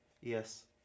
Yes